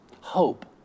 Hope